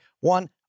one